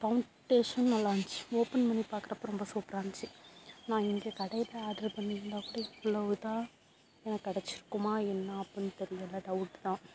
பௌன்டேஷனும் நல்லாயிருந்துச்சி ஓப்பன் பண்ணி பார்க்குறப்ப ரொம்ப சூப்பராக இருந்துச்சு நான் இங்கே கடையில் ஆர்ட்ரு பண்ணியிருந்தாக் கூட இவ்வளோ இதாக எனக்கு கிடச்சிருக்குமா என்ன அப்பிடின்னு தெரியலை டவுட்டு தான்